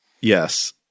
Yes